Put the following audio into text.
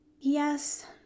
Yes